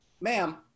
ma'am